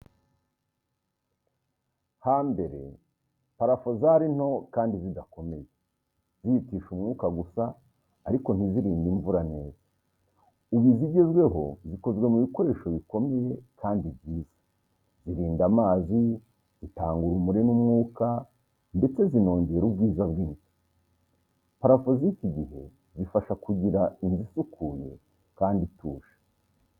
Hambere, parafo zari nto kandi zidakomeye, zihitisha umwuka gusa ariko ntizirinde imvura neza. Ubu, izigezweho zikozwe mu bikoresho bikomeye kandi byiza, zirinda amazi, zitanga urumuri n’umwuka, ndetse zinongera ubwiza bw’inzu. Parafo z’iki gihe zifasha kugira inzu isukuye kandi ituje.